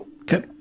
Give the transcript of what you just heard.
Okay